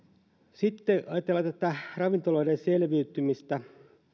sitten jos ajatellaan tätä ravintoloiden selviytymistä